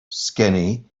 skinny